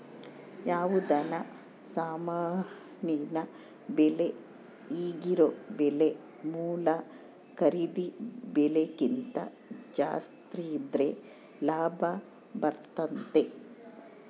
ಯಾವುದನ ಸಾಮಾನಿನ ಬೆಲೆ ಈಗಿರೊ ಬೆಲೆ ಮೂಲ ಖರೀದಿ ಬೆಲೆಕಿಂತ ಜಾಸ್ತಿದ್ರೆ ಲಾಭ ಬರ್ತತತೆ